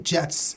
Jets